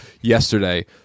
yesterday